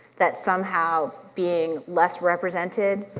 that somehow being less represented